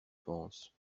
pense